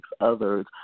others